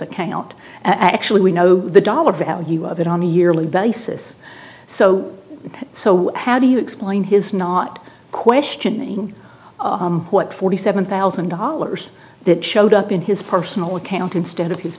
account actually we know the dollar value of it on the yearly basis so so how do you explain his not questioning what forty seven thousand dollars that showed up in his personal account instead of his